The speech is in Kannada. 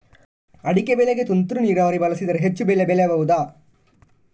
ಅಡಿಕೆ ಬೆಳೆಗೆ ತುಂತುರು ನೀರಾವರಿ ಬಳಸಿದರೆ ಹೆಚ್ಚು ಬೆಳೆ ಬೆಳೆಯಬಹುದಾ?